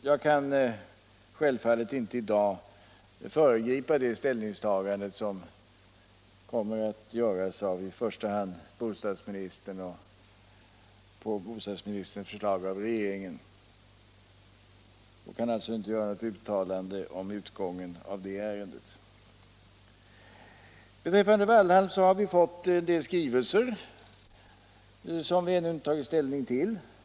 Jag kan självfallet inte i dag föregripa det och sedan, efter framläggandet av bostadsministerns förslag, av regeringen. Beträffande Wallhamn har vi fått en del skrivelser som vi ännu inte tagit ställning till.